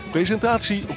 Presentatie